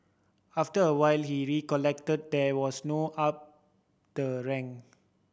after a while he recollected there was no up the rank